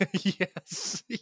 Yes